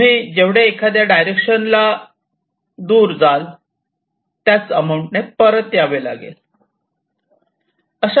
तुम्ही जेवढे एखाद्या डायरेक्शन ला दूर जाल त्याच अमाऊंट ने परत यावे लागेल